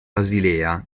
basilea